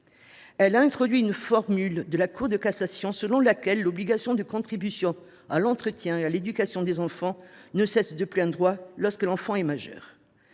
Elle y a introduit une formule de la Cour de cassation selon laquelle l’« obligation » de contribution à l’entretien et à l’éducation des enfants « ne cesse pas de plein droit lorsque l’enfant est majeur